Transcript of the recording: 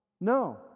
No